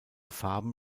farben